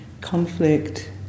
conflict